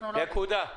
נקודה.